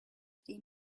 three